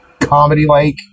comedy-like